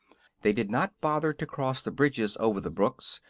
they did not bother to cross the bridges over the brooks,